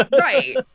right